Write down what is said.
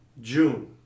June